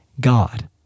God